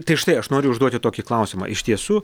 tai štai aš noriu užduoti tokį klausimą iš tiesų